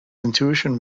intuition